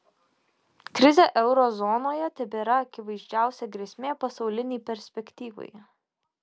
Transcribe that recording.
krizė euro zonoje tebėra akivaizdžiausia grėsmė pasaulinei perspektyvai